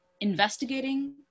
investigating